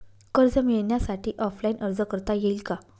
कर्ज मिळण्यासाठी ऑफलाईन अर्ज करता येईल का?